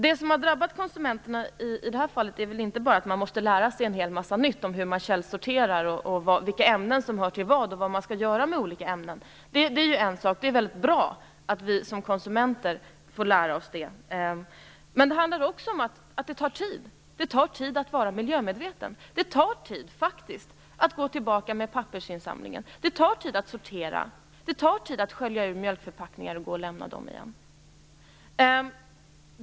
De måste lära sig mycket nytt om hur man källsorterar, vilka ämnen som hör till vad och vad man skall göra med olika ämnen. Det är väldigt bra att vi som konsumenter får lära oss det. Men det tar tid att vara miljömedveten. Det tar tid att gå till pappersinsamlingen, sortera, skölja ur mjölkförpackningar och gå och lämna tillbaka dem.